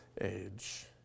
age